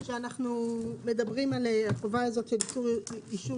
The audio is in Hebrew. --- שאנחנו מדברים על החובה הזאת של אישור